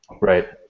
Right